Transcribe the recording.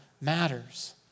matters